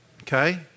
okay